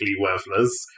worthless